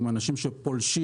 עם אנשים שפולשים,